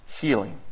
healing